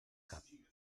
cap